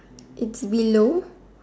in the below